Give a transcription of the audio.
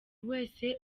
wese